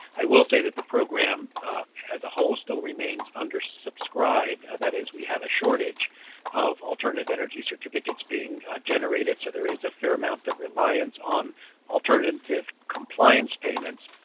i will say that the program as a whole still remains under subscribed. that is we have a shortage of alternative energy certificates being generated, so there is a fair amount of reliance on alternative compliance payments.